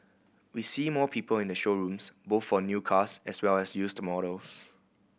we see more people in the showrooms both for new cars as well as used models